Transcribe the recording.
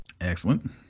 Excellent